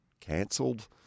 cancelled